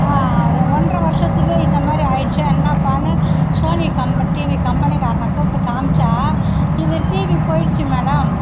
ஒன்றரை வருஷத்திலயே இந்த மாதிரி ஆயிடுச்சு என்னாப்பானு சோனி கம்ப டிவி கம்பெனிக்காரனை கூப்பிட்டு காமிச்சால் இது டிவி போயிடுச்சு மேடம்